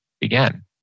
began